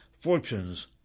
Fortunes